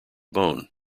bone